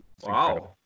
Wow